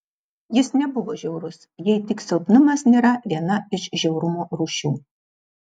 jis nebuvo žiaurus jei tik silpnumas nėra viena iš žiaurumo rūšių